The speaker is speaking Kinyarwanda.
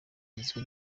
igizwe